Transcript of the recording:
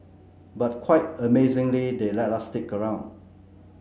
but quite amazingly they let us stick around